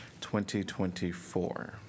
2024